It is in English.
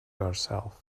herself